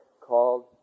called